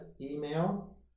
email